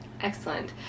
Excellent